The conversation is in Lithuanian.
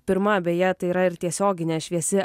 pirma beje tai yra ir tiesioginė šviesi